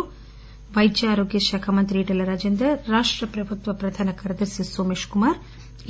రాష్ట వైద్య ఆరోగ్య శాఖ మంత్రి ఈటల రాజేందర్ రాష్ట ప్రభుత్వ ప్రధాన కార్యదర్ని నోమేష్ కుమార్